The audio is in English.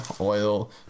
oil